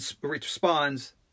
responds